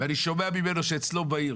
ואני שומע ממנו שאצלו בעיר